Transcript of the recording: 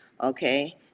okay